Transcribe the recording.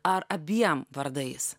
ar abiem vardais